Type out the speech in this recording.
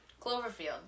Cloverfield